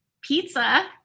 Pizza